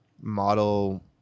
model